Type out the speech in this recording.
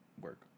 work